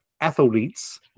athletes